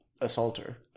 assaulter